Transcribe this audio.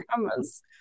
dramas